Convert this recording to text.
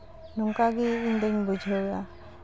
ᱱᱚᱝᱠᱟ ᱜᱮ ᱤᱧᱫᱩᱧ ᱵᱩᱡᱷᱟᱹᱣᱟ